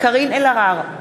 קארין אלהרר,